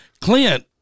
Clint